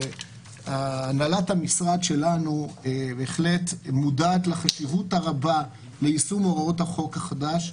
הנהלת המשרד שלנו בהחלט מודעת לחשיבות הרבה של יישום הוראות החוק החדש,